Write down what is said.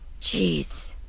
jeez